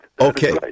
Okay